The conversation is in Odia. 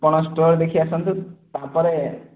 ଆପଣ ଷ୍ଟଲ୍ ଦେଖି ଆସନ୍ତୁ ତାପରେ